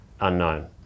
unknown